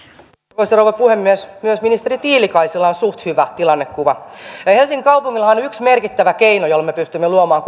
arvoisa rouva puhemies myös ministeri tiilikaisella on suht hyvä tilannekuva helsingin kaupungillahan on yksi merkittävä keino jolla me pystymme luomaan